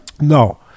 No